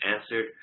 answered